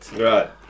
right